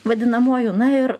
vadinamuoju na ir